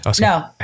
No